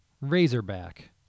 Razorback